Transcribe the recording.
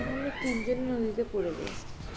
এবং আমরা তিনজন নদীতে পড়ে যাই